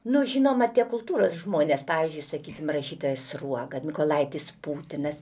nu žinoma tie kultūros žmonės pavyzdžiui sakykim rašytojas sruoga mykolaitis putinas